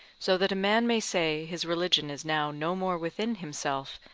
so that a man may say his religion is now no more within himself,